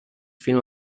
fino